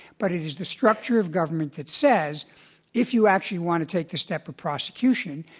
but it is the structure of government that says if you actually want to take the step of prosecution,